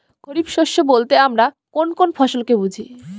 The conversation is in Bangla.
খরিফ শস্য বলতে আমরা কোন কোন ফসল কে বুঝি?